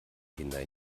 kinder